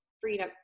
freedom